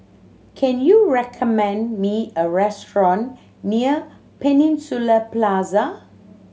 can you recommend me a restaurant near Peninsula Plaza